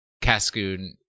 cascoon